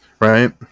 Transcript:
right